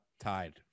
tied